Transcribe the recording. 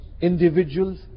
individuals